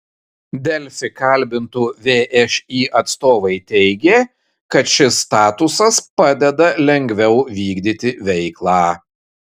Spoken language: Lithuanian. delfi kalbintų všį atstovai teigė kad šis statusas padeda lengviau vykdyti veiklą